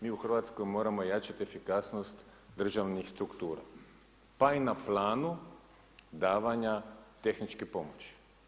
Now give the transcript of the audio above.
Mi u Hrvatskoj moramo jačati efikasnost državnih struktura, pa i na planu davanja tehničkih pomoći.